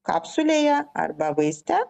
kapsulėje arba vaiste